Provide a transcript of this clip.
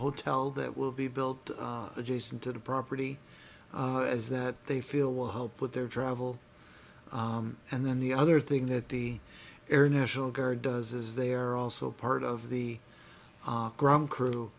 hotel that will be built adjacent to the property as that they feel will help with their travel and then the other thing that the air national guard does is they're also part of the ground crew